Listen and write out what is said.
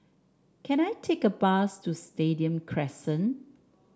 can I take a bus to Stadium Crescent